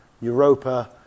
Europa